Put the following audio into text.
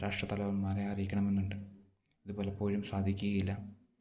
രാഷ്ട്ര തലവന്മാരെ അറിയിക്കണമെന്നുണ്ട് ഇത് പലപ്പോഴും സാധിക്കുകയില്ല